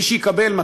מי שיקבל 200,